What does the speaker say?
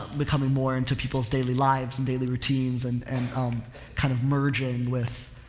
becoming more into people's daily lives and daily routines and, and um kind of merging with,